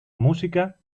música